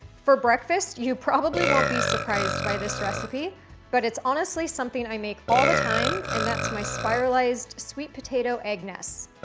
for breakfast, you probably won't be surprised by this recipe but it's honestly something i make all the time. and that's my spiralized sweet potato egg nest.